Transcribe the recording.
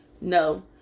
no